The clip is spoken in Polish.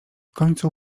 końcu